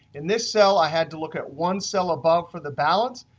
in this cell i had to look at one cell above for the balance.